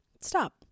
Stop